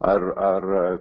ar ar